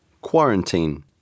quarantine